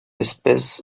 espèce